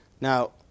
Now